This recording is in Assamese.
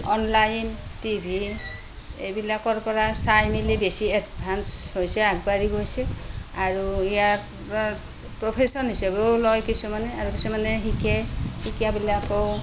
অনলাইন টি ভি এইবিলাকৰ পৰা চাই মেলি বেছি এডভাঞ্চ হৈছে আগবাঢ়ি গৈছে আৰু ইয়াক প্ৰফেচন হিচাপেও লয় কিছুমানে আৰু কিছুমানে শিকে শিকাবিলাকেও